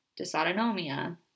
dysautonomia